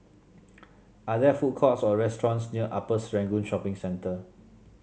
are there food courts or restaurants near Upper Serangoon Shopping Centre